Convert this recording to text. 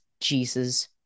Jesus